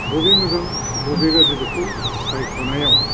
बबे मोजां बबे गाज्रि बेखौ सायख'नायाव